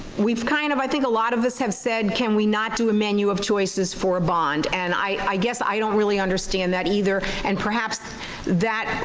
we've kind of, i think a lot of us have said, can we not do a menu of choices for a bond and i guess i don't really understand that either and perhaps that,